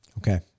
Okay